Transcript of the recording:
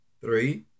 Three